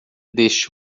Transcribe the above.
deste